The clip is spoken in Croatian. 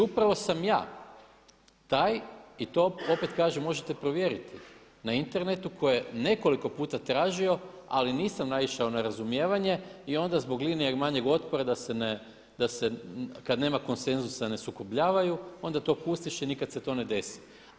Upravo sam ja taj i to opet kažem možete provjeriti na internetu tko je nekoliko puta tražio ali nisam naišao na razumijevanje i onda zbog linije manjeg otpora da se ne, kada nema konsenzusa ne sukobljavaju onda to pustiš i nikada se to ne desi.